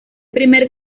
primer